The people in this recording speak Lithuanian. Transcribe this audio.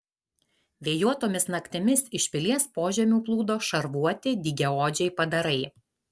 vėjuotomis naktimis iš pilies požemių plūdo šarvuoti dygiaodžiai padarai